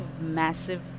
massive